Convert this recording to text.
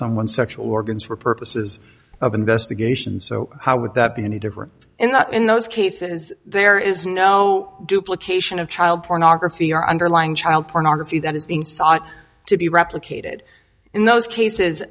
someone's sexual organs for purposes of investigation so how would that be any different in that in those cases there is no duplications of child pornography or underlying child pornography that is being sought to be replicated in those